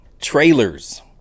trailers